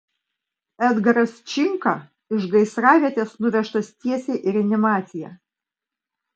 edgaras činka iš gaisravietės nuvežtas tiesiai į reanimaciją